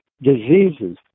diseases